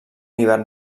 hivern